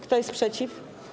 Kto jest przeciw?